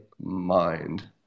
mind